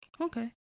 Okay